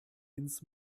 ins